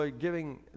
giving